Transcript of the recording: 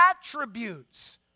attributes